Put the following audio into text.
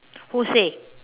who say